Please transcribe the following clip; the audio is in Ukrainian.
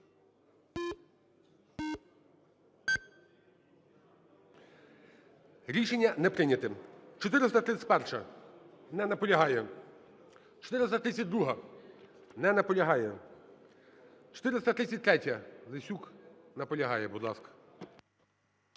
Рішення не прийнято. 431-а. Не наполягає. 432-а. Не наполягає. 433-я, Лесюк. Наполягає, будь ласка.